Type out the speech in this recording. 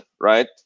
right